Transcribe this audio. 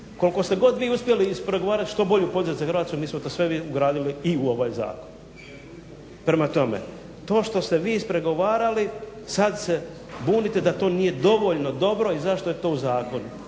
Koliko ste god vi uspjeli ispregovarat što bolju … za Hrvatsku mi smo to sve ugradili i u ovaj zakon. Prema tome, to što ste vi ispregovarali sad se bunite da to nije dovoljno dobro i zašto je to u zakonu.